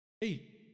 Hey